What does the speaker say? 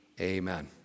amen